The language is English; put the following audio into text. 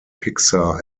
pixar